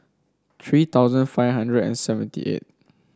three thousand five hundred and seventy eight